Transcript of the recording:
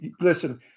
Listen